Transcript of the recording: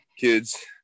Kids